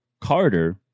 Carter